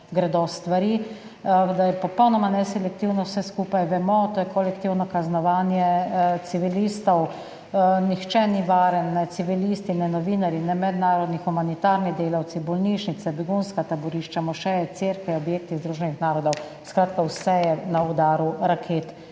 gredo stvari, da je popolnoma neselektivno vse skupaj. Vemo, to je kolektivno kaznovanje civilistov, nihče ni varen, ne civilisti ne novinarji ne mednarodni humanitarni delavci, bolnišnice, begunska taborišča, mošeje, cerkve, objekti Združenih narodov. Skratka, vse je na udaru raket